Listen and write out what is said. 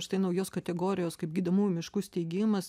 štai naujos kategorijos kaip gydomųjų miškų steigimas